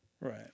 right